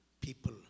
people